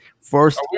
First